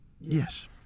yes